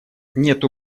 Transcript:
нет